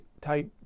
type